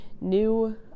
new